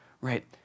right